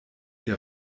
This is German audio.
der